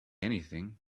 anything